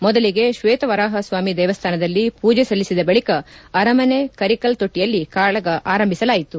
ಮೊದಲಿಗೆ ಶ್ವೇತ ವರಹ ಸ್ವಾಮಿ ದೇವಸ್ವಾನದಲ್ಲಿ ಪೂಜೆ ಸಲ್ಲಿಸಿದ ಬಳಿಕ ಅರಮನೆ ಕರಿಕಲ್ ತೊಟ್ಟಿಯಲ್ಲಿ ಕಾಳಗ ಆಋಂಭಿಸಲಾಯಿತು